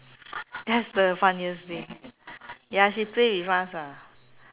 that's the funniest thing ya she play with us ah